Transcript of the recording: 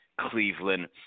Cleveland